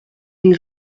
une